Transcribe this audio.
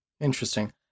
Interesting